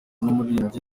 n’umuririmbyi